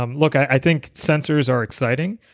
um look, i think sensors are exciting,